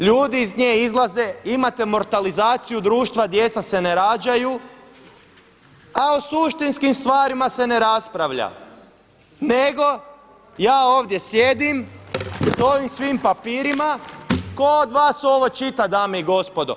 Ljudi iz njih izlaze, imate mortalizaciju društva, djeca se ne rađaju, a o suštinskim stvarima se ne raspravlja, nego ja ovdje sjedim sa ovim svim papirima, tko od vas ovo čita dame i gospodo?